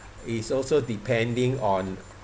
it's also depending on